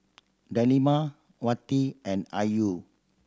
Delima Wati and Ayu